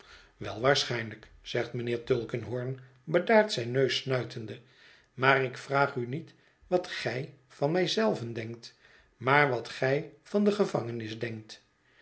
wel waarschijnlijk zegt mijnheer tulkinghorn bedaard zijn neus snuitende maar ik vraag u niet wat gij van mij zelven denkt maar wat gij van de gevangenis denkt